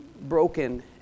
broken